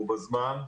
והוא בזמן,